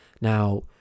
Now